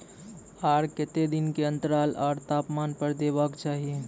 आर केते दिन के अन्तराल आर तापमान पर देबाक चाही?